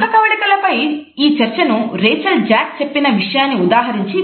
ముఖకవళికల పై ఈ చర్చను రేచల్ జాక్ లో